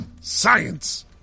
science